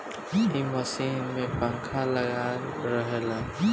ए machine में पंखा लागल रहेला